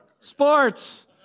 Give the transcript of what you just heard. Sports